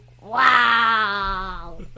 Wow